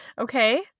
Okay